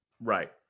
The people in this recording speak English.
Right